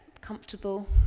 comfortable